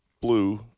blue